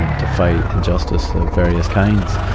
ah to fight injustice of various kinds.